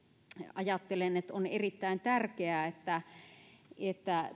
ajattelen että on erittäin tärkeää että että